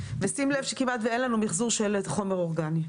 שים לב שכמעט ואין לנו מחזור של חומר אורגני.